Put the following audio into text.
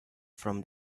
from